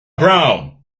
brown